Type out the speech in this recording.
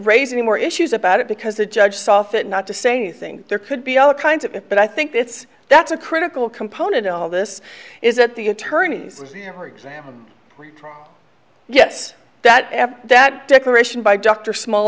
raise any more issues about it because the judge saw fit not to say anything there could be all kinds of it but i think that's that's a critical component in all this is that the attorneys for example yes that that declaration by dr small